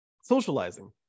socializing